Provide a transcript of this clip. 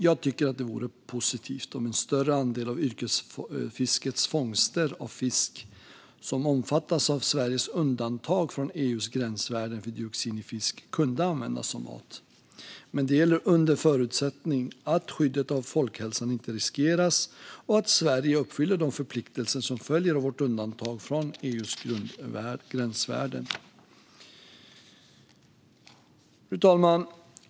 Jag tycker att det vore positivt om en större andel av yrkesfiskets fångster av fisk som omfattas av Sveriges undantag från EU:s gränsvärden för dioxin i fisk kunde användas som mat, men det gäller under förutsättning att skyddet av folkhälsan inte riskeras och att Sverige uppfyller de förpliktelser som följer av vårt undantag från EU:s gränsvärden. Fru talman!